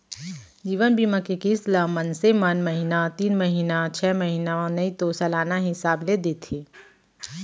जीवन बीमा के किस्त ल मनसे मन महिना तीन महिना छै महिना नइ तो सलाना हिसाब ले देथे